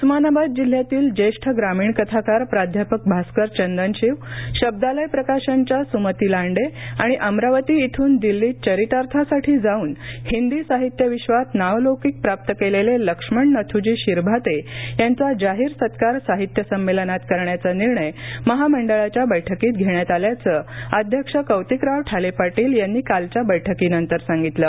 उस्मानाबाद जिल्ह्यातील ज्येष्ठ ग्रामीण कथाकार प्राध्यापक भास्कर चंदनशिव शब्दालय प्रकाशन च्या सुमती लांडे आणि अमरावती इथ्रन दिल्लीत चरितार्थासाठी जाऊन हिंदी साहित्यविश्वात नावलौकिक प्राप्त केलेले लक्ष्मण नथूजी शिरभाते यांचा जाहीर सत्कार साहित्यसंमेलनात करण्याचा निर्णय महामंडळाच्या बैठकीत घेण्यात आल्याचं अध्यक्ष कौतिकराव ठाले पाटील यांनी कालच्या बैठकीनंतर सांगितलं